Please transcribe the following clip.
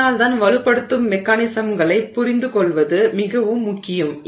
இதனால்தான் வலுப்படுத்தும் மெக்கானிசம்களைப் புரிந்துகொள்வது மிகவும் முக்கியம்